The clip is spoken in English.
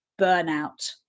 burnout